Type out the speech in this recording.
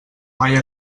mai